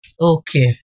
Okay